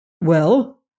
Well